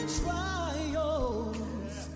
trials